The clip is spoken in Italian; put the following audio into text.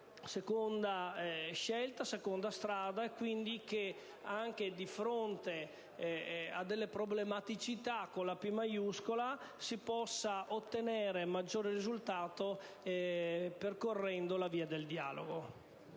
proprio questa seconda strada, e che quindi anche di fronte a delle problematicità con la «P» maiuscola si possano ottenere maggiori risultati percorrendo la via del dialogo.